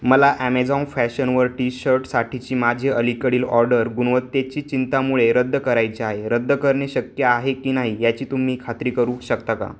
मला ॲमेजॉं फॅशणवर टी शर्टसाठीची माझी अलीकडील ऑर्डर गुणवत्तेची चिंतेमुळे रद्द करायची आहे रद्द करणे शक्य आहे की नाही याची तुम्ही खात्री करू शकता का